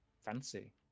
fancy